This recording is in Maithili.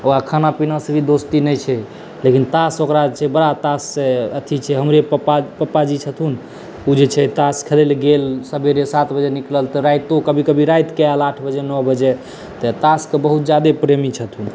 ओकरा खानापीना से भी दोस्ती नहि छै लेकिन तास ओकरा छै बड़ा तास से अथी छै हमरे पापाजी छथुन ओ जे छै तास खेलय लए गेल सवेरे सात बजे निकलल तऽ रातियो कऽ कभी कभी रातिकेँ आयल आठ बजे नओ बजे तऽ तासकेँ बहुत ज्यादे प्रेमी छथुन